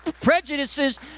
prejudices